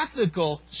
ethical